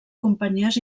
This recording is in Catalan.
companyies